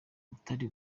utari